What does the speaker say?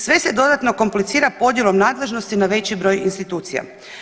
Sve se dodatno komplicira podjelom nadležnosti na veći broj institucija.